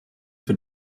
für